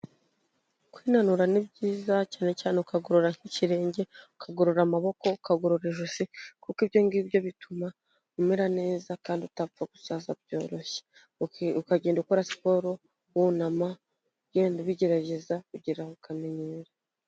Kwinanura ni byiza cyane cyane ukagorora nk'ikirenge, ukagorora amaboko, ukagorora ijosi, kuko ibyo ngibyo bituma umera neza kandi utapfa gusaza byoroshye, ukagenda ukora siporo, wunama, ugenda ubigerageza, ugera aho ukamenyera.